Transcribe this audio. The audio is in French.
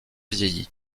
vieilli